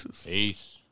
Peace